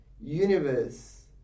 universe